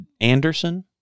Anderson